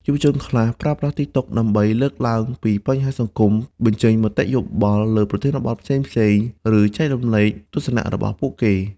យុវជនខ្លះប្រើប្រាស់ TikTok ដើម្បីលើកឡើងពីបញ្ហាសង្គម បញ្ចេញមតិយោបល់លើប្រធានបទផ្សេងៗ ឬចែករំលែកទស្សនៈរបស់ពួកគេ។